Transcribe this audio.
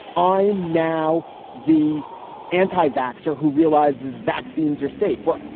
i'm now the anti voxer who realizes vaccines are safe for.